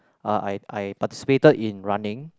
uh I I participated in running